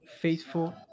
faithful